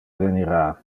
evenira